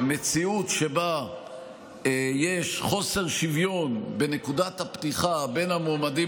מציאות שבה יש חוסר שוויון בנקודת הפתיחה בין המועמדים